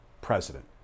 president